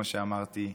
כמו שאמרתי,